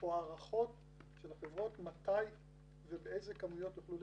או הערכות של החברות מתי ובאיזה כמויות יוכלו לספק.